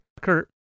Kurt